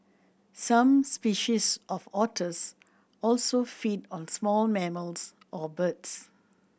some species of otters also feed on small mammals or birds